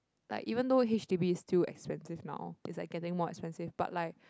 like even though h_d_b is still expensive now but it's like getting more expensive but like